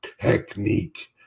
technique